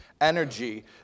energy